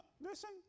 listen